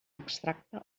extracte